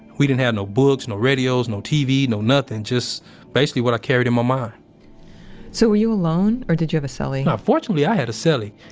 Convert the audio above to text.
we didn't have no books, no radios, no tv, no nothing, just basically what i carried in my mind so, were you alone or did you have a so cellie? fortunately, i had a cellie.